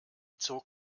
zog